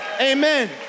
Amen